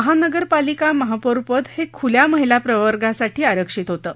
महानगरपालिका महापौर पद हे खुल्या महिला प्रवर्गासाठी आरक्षित होतं